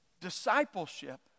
Discipleship